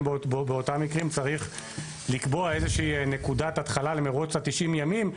באותם מקרים צריך לקבוע איזה שהיא נקודת התחלה למירוץ ה-90 ימים,